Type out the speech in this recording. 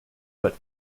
but